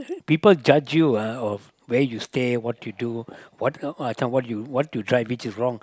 people judge you ah of where you stay what you do what uh some what what you drive which is wrong